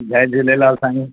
जय झूलेलाल साईं